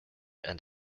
and